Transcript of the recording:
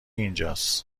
اینجاس